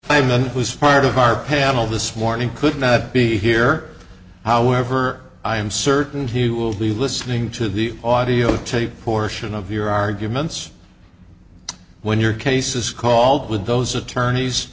who's part of our panel this morning could not be here however i am certain he will be listening to the audio tape portion of your arguments when your case is called with those attorneys